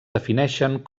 defineixen